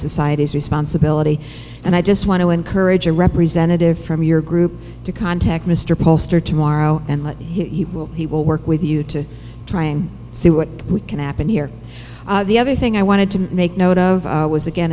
society's responsibility and i just want to encourage a representative from your group to contact mr poster tomorrow and let he will he will work with you to try and see what we can happen here the other thing i wanted to make note of was again